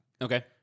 Okay